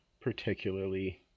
particularly